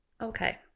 Okay